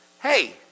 hey